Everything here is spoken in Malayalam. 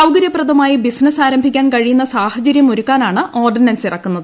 സൌകര്യപ്രദമായി ബിസിനസ് ആരംഭിക്കാൻ കഴിയുന്ന സാഹചര്യമൊരുക്കാനാണ് ഓർഡിനൻസ് ഇറക്കുന്നത്